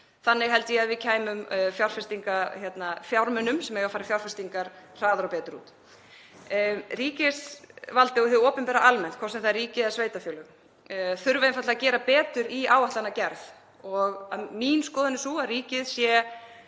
Þannig held ég að við kæmum fjármunum sem eiga að fara í fjárfestingar hraðar og betur út. Ríkisvaldið og hið opinbera almennt, hvort sem það er ríkið eða sveitarfélög, þurfa einfaldlega að gera betur í áætlanagerð og mín skoðun er sú að ríkið sé